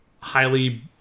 highly